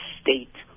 state